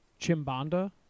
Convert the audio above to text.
Chimbanda